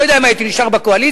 לא יודע אם הייתי נשאר בקואליציה,